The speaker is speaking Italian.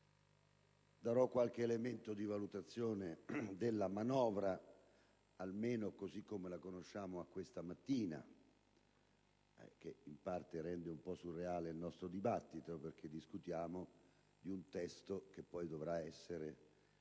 darò qualche elemento di valutazione della manovra, almeno così come la conosciamo a questa mattina. Ciò rende un po' surreale questo dibattito, perché discutiamo di un testo che poi dovrà essere